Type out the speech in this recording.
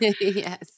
Yes